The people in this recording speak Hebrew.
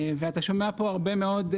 אתה שומע פה הרבה מאוד,